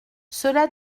cela